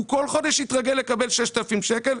הוא כל חודש התרגל לקבל 6,000 שקלים,